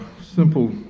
simple